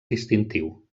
distintiu